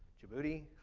djibouti,